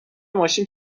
ماشین